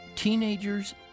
Teenagers